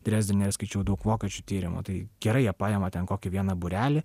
drezdene ir skaičiau daug vokiečių tyrimų tai gerai jie paima ten kokį vieną būrelį